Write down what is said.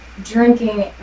Drinking